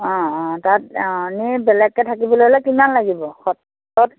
অঁ অঁ তাত অঁ এনেই বেলেগকৈ থাকিবলৈ হ'লে কিমান লাগিব সত্ৰত